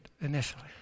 initially